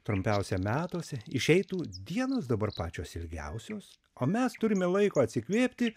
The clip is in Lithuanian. trumpiausia metuose išeitų dienos dabar pačios ilgiausios o mes turime laiko atsikvėpti